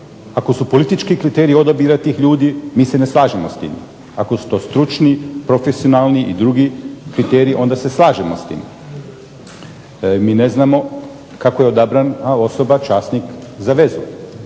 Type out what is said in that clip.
ako su politički kriteriji odabira tih ljudi, mi se ne slažemo s tim, ako su to stručni, profesionalni i drugi kriteriji onda se slažemo s tim. MI ne znamo kako je odabrana osoba časnik za vezu